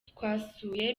twasuye